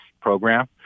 program